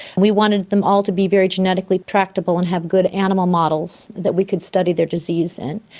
we wanted them all to be very genetically tractable and have good animal models that we could study their disease in.